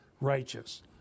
righteous